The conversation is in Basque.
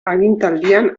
agintaldian